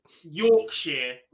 Yorkshire